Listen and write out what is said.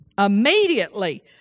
Immediately